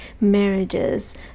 marriages